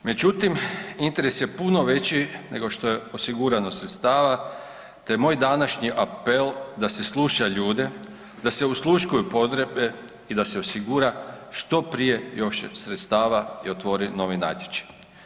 Međutim, interes je puno veći nego što je osigurano sredstava te je moj današnji apel da se sluša ljude, da se osluškuju potrebe i da se osigura što prije još sredstava i otvori novi natječaj.